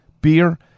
Beer